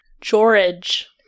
George